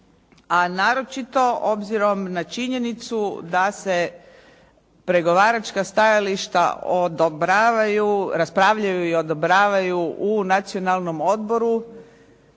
a naročito obzirom na činjenicu da se pregovaračka stajališta odobravaju, raspravljaju i odobravaju u Nacionalnom odboru